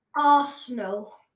Arsenal